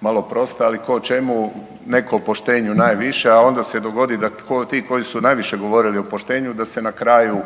malo prosta, ali tko o čemu, netko o poštenju najviše a onda se dogodi da ti koji su najviše govorili o poštenju da se na kraju